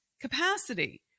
capacity